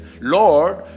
Lord